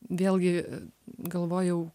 vėlgi galvojau